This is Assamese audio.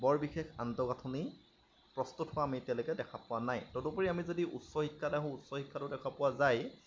বৰ বিশেষ আন্তঃগাঁথনি প্ৰস্তুত হোৱা আমি এতিয়ালৈকে দেখা পোৱা নাই তদুপৰি আমি যদি উচ্চ শিক্ষালে আঁহো উচ্চ শিক্ষাটো দেখা পোৱা যায় যে